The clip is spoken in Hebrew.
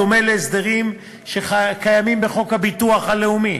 בדומה להסדרים שקיימים בחוק הביטוח הלאומי